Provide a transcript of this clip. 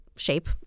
Shape